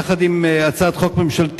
יחד עם הצעת חוק ממשלתית,